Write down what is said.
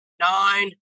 nine